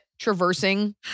traversing